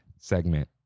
segment